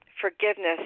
forgiveness